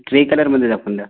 grey कलरमधे दाखवून द्या